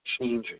changing